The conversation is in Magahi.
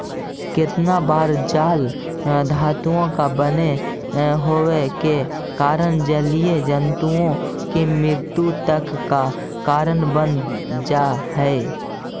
केतना बार जाल धातुओं का बने होवे के कारण जलीय जन्तुओं की मृत्यु तक का कारण बन जा हई